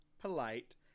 polite